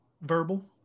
verbal